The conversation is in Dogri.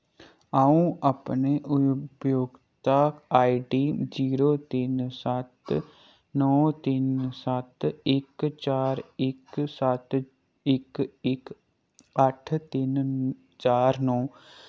अ'ऊं अपने उपभयोक्ता आईडी जीरो तिन्न सत्त नौ तिन्न सत्त इक चार इक सत्त इक इक अट्ठ तिन्न चार नौ